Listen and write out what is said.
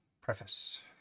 preface